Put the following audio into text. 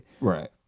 Right